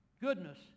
goodness